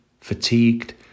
fatigued